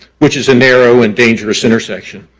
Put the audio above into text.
which is a narrow and dangerous intersection.